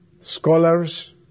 Scholars